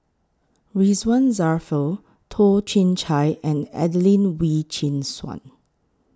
Ridzwan Dzafir Toh Chin Chye and Adelene Wee Chin Suan